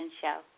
Show